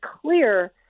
clear